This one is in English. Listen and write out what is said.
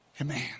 Amen